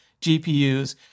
GPUs